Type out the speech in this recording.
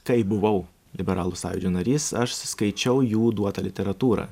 kai buvau liberalų sąjūdžio narys aš skaičiau jų duotą literatūrą